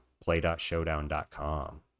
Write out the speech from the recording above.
Play.Showdown.com